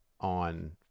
on